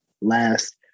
last